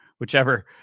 whichever